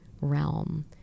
realm